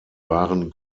waren